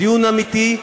דיון אמיתי,